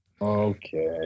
Okay